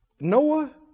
Noah